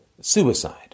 suicide